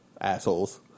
Assholes